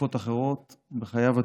תקופות אחרות בחייו הציבוריים,